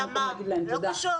וזה המקום להגיד להם תודה.